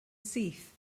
syth